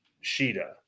Sheeta